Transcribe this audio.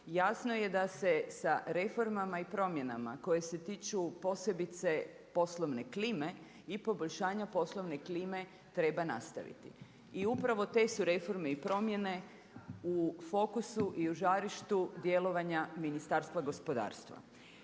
jasno je da se sa reformama i promjenama koje se tiču posebice poslovne klime i poboljšanja poslovne klime treba nastaviti. I upravo te su reforme i promjene u fokusu i u žarištu djelovanja Ministarstva gospodarstva.